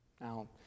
Now